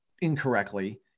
incorrectly